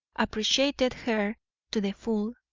appreciated her to the full,